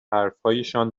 حرفهایشان